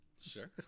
Sure